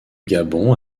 gabon